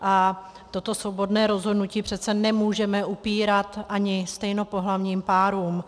A toto svobodné rozhodnutí přece nemůžeme upírat ani stejnopohlavním párům.